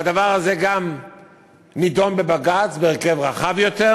והדבר הזה גם נדון בבג"ץ בהרכב רחב יותר,